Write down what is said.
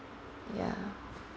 ya